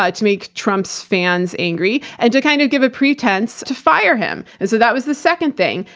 ah to make trump's fans angry, and to kind of give a pretense to fire him. and so, that was the second thing.